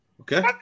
Okay